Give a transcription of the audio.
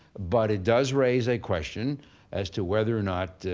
but it does raise a question as to whether or not